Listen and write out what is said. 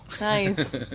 Nice